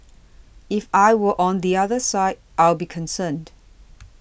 if I were on the other side I'd be concerned